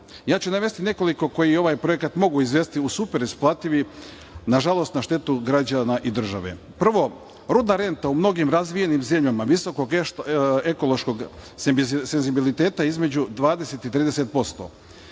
Ja ću navesti nekoliko koji ovaj projekat mogu izvesti u super isplativi, nažalost, na štetu građana i države. Prvo, rudna renta u mnogim razvijenim zemljama visokog ekološkog senzibiliteta između 20% i 30%